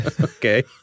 Okay